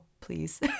please